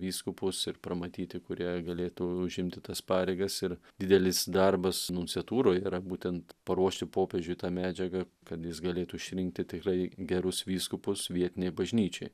vyskupus ir pramatyti kurie galėtų užimti tas pareigas ir didelis darbas nunciatūroj yra būtent paruošti popiežiui tą medžiagą kad jis galėtų išrinkti tikrai gerus vyskupus vietinei bažnyčiai